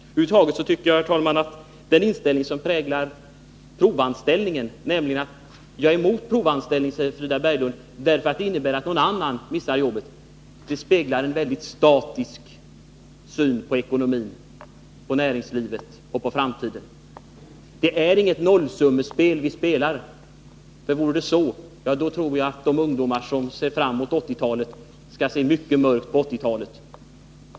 Över huvud taget tycker jag, herr talman, att Frida Berglunds inställning till provanställning — hon är emot provanställning därför att den innebär att någon annan missar jobbet — speglar en väldigt statisk syn på ekonomin, på näringslivet och på framtiden. Det är inget nollsummespel vi spelar, för vore det så, tror jag att alla de ungdomar som ser fram emot 1980-talet skulle se mycket mörkt på det.